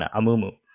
Amumu